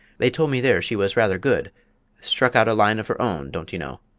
they told me there she was rather good struck out a line of her own, don't you know.